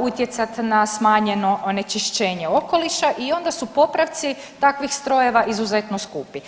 utjecat na smanjeno onečišćenje okoliša i onda su popravci takvih strojeva izuzetno skupi.